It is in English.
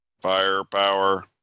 Firepower